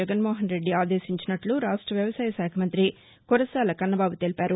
జగన్మోహన్ రెడ్డి ఆదేశించారని రాష్ట వ్యవసాయశాఖ మంత్రి కురసాల కన్నబాబు తెలిపారు